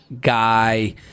guy